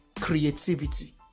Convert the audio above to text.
creativity